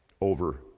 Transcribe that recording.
over